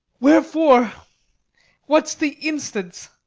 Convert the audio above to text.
wherefore, what's the instance?